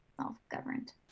self-governed